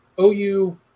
OU